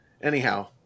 Anyhow